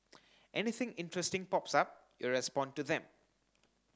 anything interesting pops up you respond to them